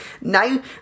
Now